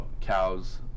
cows